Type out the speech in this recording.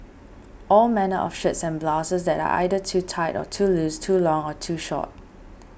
all manner of shirts and blouses that are either too tight or too loose too long or too short